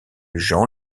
jean